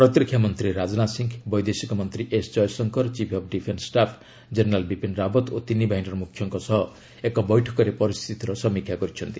ପ୍ରତିରକ୍ଷା ମନ୍ତ୍ରୀ ରାଜନାଥ ସିଂହ' ବୈଦେଶିକ ମନ୍ତ୍ରୀ S Jaishankar chief of defence staff general Bipin Rawat ଓ ତିନି ବାହିନୀର ମୁଖ୍ୟଙ୍କ ସହ ଏକ ବୈଠକରେ ପରିସ୍ଥିତିର ସମୀକ୍ଷା କରିଛନ୍ତି